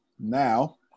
Now